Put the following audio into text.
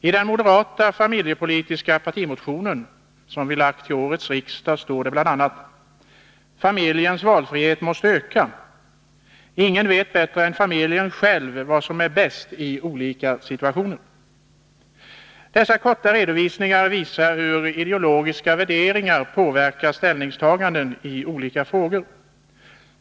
I den moderata familjepolitiska partimotionen till årets riksdag står det bl.a.: ”Familjens valfrihet måste öka. Ingen vet bättre än familjen själv vad som är bäst i olika situationer.” Dessa korta redovisningar visar hur ideologiska värderingar påverkar ställningstaganden i olika frågor.